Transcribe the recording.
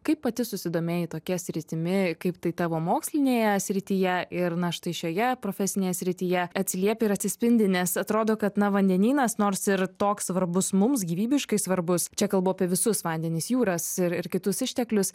kaip pati susidomėjai tokia sritimi kaip tai tavo mokslinėje srityje ir na štai šioje profesinėje srityje atsiliepia ir atsispindi nes atrodo kad na vandenynas nors ir toks svarbus mums gyvybiškai svarbus čia kalbu apie visus vandenis jūras ir ir kitus išteklius